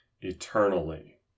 eternally